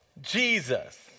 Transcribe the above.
Jesus